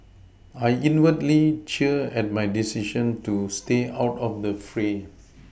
I inwardly cheer at my decision to stay out of the fray